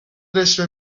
رشوه